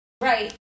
Right